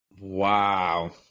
Wow